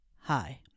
Hi